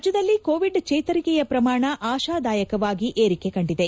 ರಾಜ್ಲದಲ್ಲಿ ಕೋವಿಡ್ ಚೇತರಿಕೆಯ ಪ್ರಮಾಣ ಆಶಾದಾಯಕವಾಗಿ ಏರಿಕೆ ಕಂಡಿದೆ